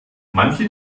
manche